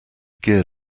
gear